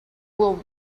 will